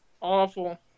awful